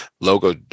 logo